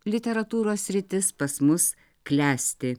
literatūros sritis pas mus klesti